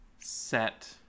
set